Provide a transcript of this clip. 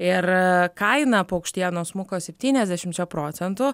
ir kaina paukštienos smuko septyniasdešimčia procentų